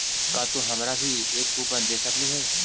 का तू हमारा भी एक कूपन दे सकलू हे